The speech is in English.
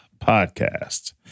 podcast